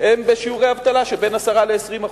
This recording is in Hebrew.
שיעורי האבטלה הם בין 10% ל-20%.